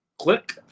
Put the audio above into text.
Click